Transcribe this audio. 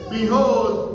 Behold